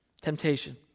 temptation